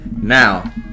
Now